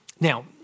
Now